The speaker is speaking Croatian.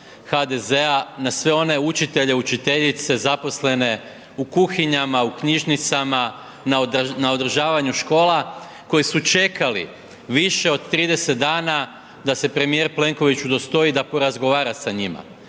HDZ-a na sve one učitelje, učiteljice zaposlene u kuhinjama, u knjižnicama, na održavanju škola koji su čekali više od 30 dana da se premijer Plenković udostoji da porazgovara sa njima.